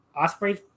Osprey